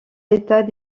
l’état